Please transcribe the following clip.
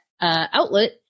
outlet